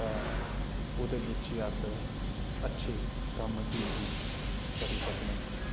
तां ओह्दे बिच ई अस अच्छे कम्म गी बी करी सकने न